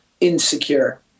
insecure